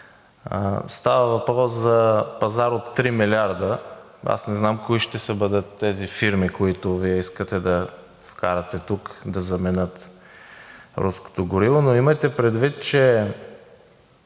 Става въпрос за пазар от 3 милиарда. Аз не знам кои ще бъдат тези фирми, които Вие искате да вкарате тук, да заменят руското гориво, но имайте предвид, че